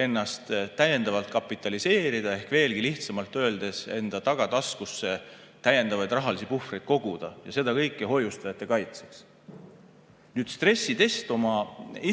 ennast täiendavalt kapitaliseerida, veelgi lihtsamalt öeldes: enda tagataskusse täiendavaid rahalisi puhvreid koguda. Seda kõike hoiustajate kaitseks. Stressitest oma